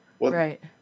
right